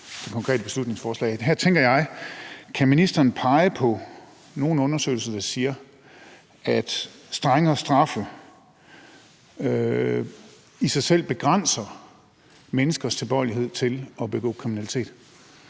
Her tænker jeg: Kan ministeren pege på nogen undersøgelser, der siger, at strengere straffe i sig selv begrænser menneskers tilbøjelighed til at begå kriminalitet?